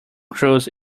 cruise